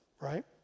Right